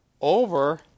over